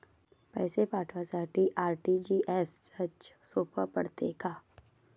पैसे पाठवासाठी आर.टी.जी.एसचं सोप पडते का?